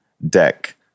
deck